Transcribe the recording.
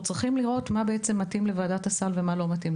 אנחנו צריכים לראות מה בעצם מתאים לוועדת הסל ומה לא.